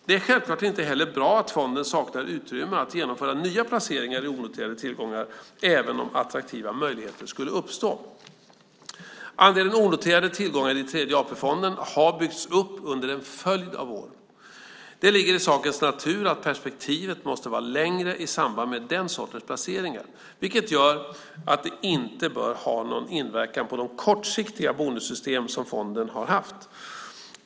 Det är självklart inte heller bra att fonden saknar utrymme att genomföra nya placeringar i onoterade tillgångar, även om attraktiva möjligheter skulle uppstå. Andelen onoterade tillgångar i Tredje AP-fonden har byggts upp under en följd av år. Det ligger i sakens natur att perspektivet måste vara längre i samband med den sortens placeringar, vilket gör att de inte bör ha någon inverkan på de kortsiktiga bonussystem som fonden har haft.